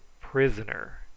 Prisoner